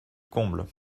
comble